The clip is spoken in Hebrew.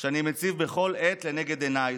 שאני מציב בכל עת לנגד עיניי,